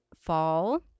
fall